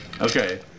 Okay